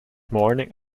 morning